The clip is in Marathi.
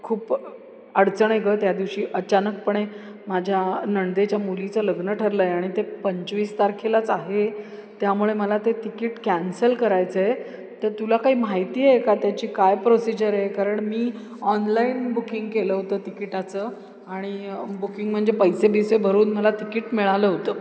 खूप अडचण आहे गं त्या दिवशी अचानकपणे माझ्या नणंदेच्या मुलीचं लग्न ठरलं आहे आणि ते पंचवीस तारखेलाच आहे त्यामुळे मला ते तिकीट कॅन्सल करायचं आहे तर तुला काही माहिती आहे का त्याची काय प्रोसिजर आहे कारण मी ऑनलाईन बुकिंग केलं होतं तिकिटाचं आणि बुकिंग म्हणजे पैसे बिसे भरून मला तिकीट मिळालं होतं